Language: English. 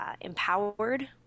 empowered